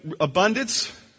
abundance